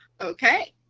Okay